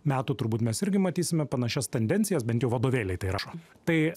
metų turbūt mes irgi matysime panašias tendencijas bent jau vadovėliai tai rašo tai